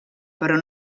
però